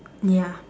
ya